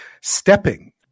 stepping